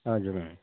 हजुर